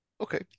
Okay